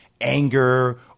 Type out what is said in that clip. anger